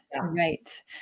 Right